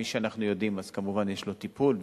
מי שאנחנו יודעים אז כמובן יש לו טיפול,